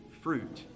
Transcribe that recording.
fruit